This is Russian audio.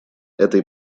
этой